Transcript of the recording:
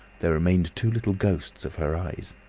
there remained two little ghosts of her eyes.